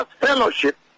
fellowship